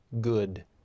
good